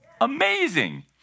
amazing